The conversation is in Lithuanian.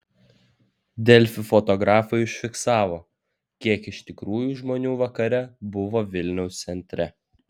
delfi fotografai užfiksavo kiek iš tikrųjų žmonių vakare buvo vilniaus centre